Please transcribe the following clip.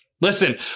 Listen